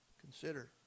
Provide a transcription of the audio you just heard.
consider